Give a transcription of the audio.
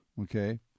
Okay